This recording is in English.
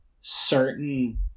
certain